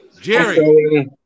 Jerry